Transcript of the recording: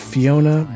Fiona